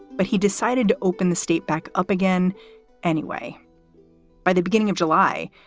but he decided to open the state back up again anyway by the beginning of july,